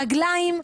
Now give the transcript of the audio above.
רגליים,